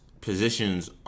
positions